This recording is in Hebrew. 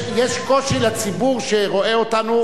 יש קושי לציבור שרואה אותנו,